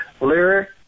lyric